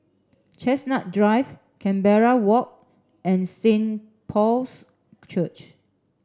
Chestnut Drive Canberra Walk and Saint Paul's Church